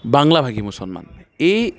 বাংলাভাষী মুছলমান এই